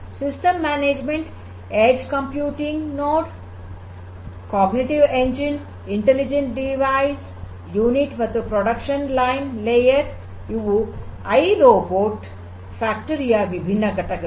system management edge computing node cognitive engine intelligent device unit ಮತ್ತು production line layer ಇವುಗಳು iRobot ಕಾರ್ಖಾನೆಯ ವಿಭಿನ್ನ ಘಟಕಗಳು